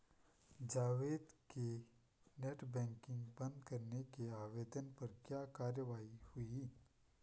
जावेद के net banking बंद करने के आवेदन पर क्या कार्यवाही हुई?